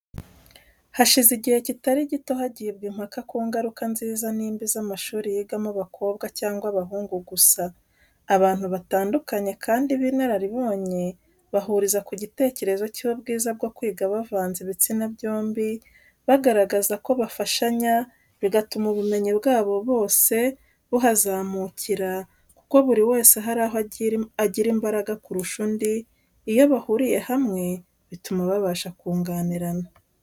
Hashize igihe kitari gito hagibwa impaka ku ngaruka nziza n'imbi z'amashuri yigamo abakobwa cyangwa abahungu gusa, abantu batandukanye kandi b'inararibonye bahuriza ku gitekerezo cy'ubwiza bwo kwiga bavanze ibitsina byombi, bagaragaza ko bafashanya, bigatuma ubumenyi bwa bose buhazamukira, kuko buri wese hari aho agira imbaraga kurusha undi, iyo bahuriye hamwe bituma babasha kunganirana.